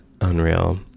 unreal